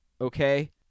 Okay